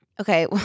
Okay